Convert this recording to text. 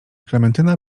klementyna